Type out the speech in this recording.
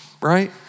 right